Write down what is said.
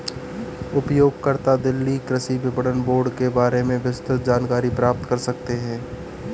उपयोगकर्ता दिल्ली कृषि विपणन बोर्ड के बारे में विस्तृत जानकारी प्राप्त कर सकते है